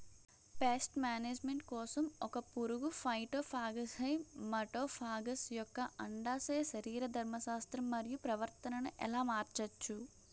Paste management కోసం ఒక పురుగు ఫైటోఫాగస్హె మటోఫాగస్ యెక్క అండాశయ శరీరధర్మ శాస్త్రం మరియు ప్రవర్తనను ఎలా మార్చచ్చు?